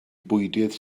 bwydydd